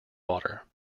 water